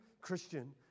Christian